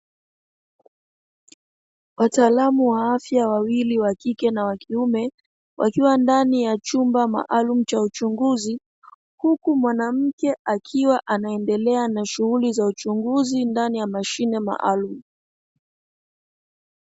Wataalamu wa afya wawili wakike na wakiume, wakiwa ndani ya chumba maalumu cha uchunguzi, huku mwanamke akiwa anaendelea na shughuli za uchunguzi ndani ya mashine maalumu.